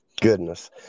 Goodness